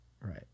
Right